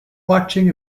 watching